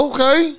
Okay